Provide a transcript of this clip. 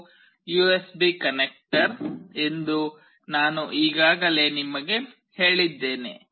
ಇದು USB connector ಎಂದು ನಾನು ಈಗಾಗಲೇ ನಿಮಗೆ ಹೇಳಿದ್ದೇನೆ